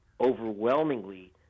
overwhelmingly